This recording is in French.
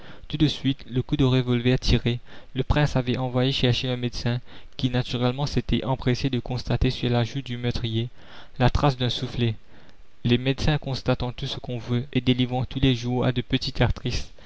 tout de suite le coup de revolver tiré le prince avait envoyé chercher un médecin qui naturellement s'était empressé de constater sur la joue du meurtrier la trace d'un soufflet les médecins constatant tout ce qu'on veut et délivrant tous les jours à de petites